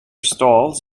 stalls